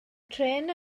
trên